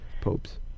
popes